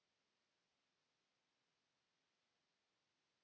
Kiitos